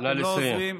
אתם לא עוזרים.